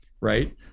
Right